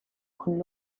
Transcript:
con